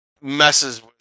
messes